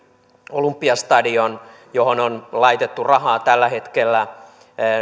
olympiastadioniin on laitettu rahaa tällä hetkellä